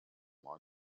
law